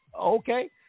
Okay